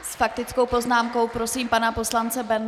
S faktickou poznámkou prosím pana poslance Bendla.